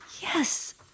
Yes